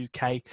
UK